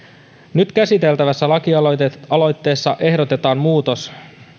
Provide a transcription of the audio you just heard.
nyt käsiteltävässä lakialoitteessa ehdotetaan muutos